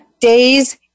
Day's